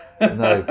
no